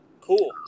Cool